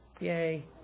Yay